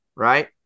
Right